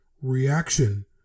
reaction